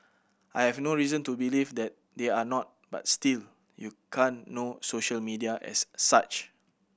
I have no reason to believe that they are not but still you can't know social media as such